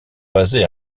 basés